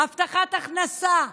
הבטחת הכנסה,